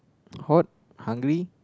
hot hungry